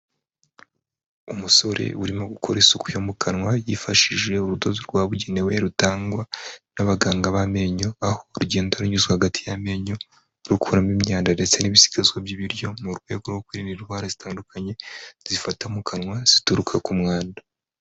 Umusore urimo gukora isuku yo mu kanwa yifashishije urudodo rwabugenewe rutangwa n'abaganga b'amenyo, aho rugendo runyuzwa hagati y'amenyo rukuramo imyanda ndetse n'ibisigazwa by'ibiryo, mu rwego rwo kwirinda indwara zitandukanye zifata mu kanwa zituruka ku mwanda.